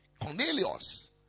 Cornelius